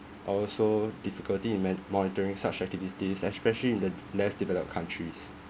also difficulty in men~ monitoring such activities especially in the less developed countries